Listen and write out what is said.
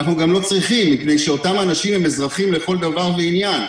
אנחנו גם לא צריכים מפני שאותם אנשים הם אזרחים לכל דבר ועניין,